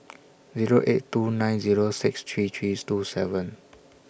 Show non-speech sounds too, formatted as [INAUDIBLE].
Zero eight two nine Zero six three three [UNINTELLIGIBLE] two seven